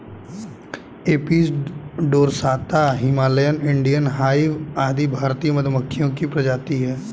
Apis dorsata, Himalayan, Indian hive आदि भारतीय मधुमक्खियों की प्रजातियां है